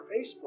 Facebook